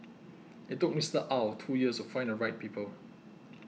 it took Mister Ow two years to find the right people